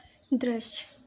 दृश्य